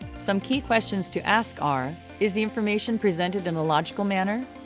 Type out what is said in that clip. some key questions to ask are is the information presented in a logical manner?